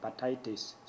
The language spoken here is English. hepatitis